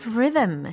rhythm